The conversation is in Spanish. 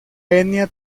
etnia